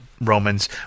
Romans